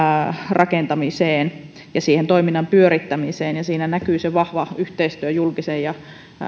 rakentamiseen ja siihen toiminnan pyörittämiseen ja siinä näkyy se vahva yhteistyö julkisen ja